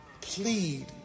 plead